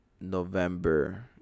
november